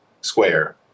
Square